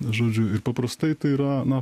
žodžiu ir paprastai tai yra na